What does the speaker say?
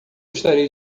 estarei